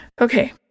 Okay